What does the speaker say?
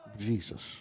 jesus